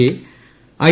A I